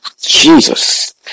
Jesus